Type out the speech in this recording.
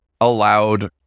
allowed